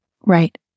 Right